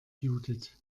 judith